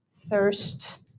thirst